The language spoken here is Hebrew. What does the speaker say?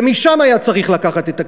ומשם היה צריך לקחת את הכסף.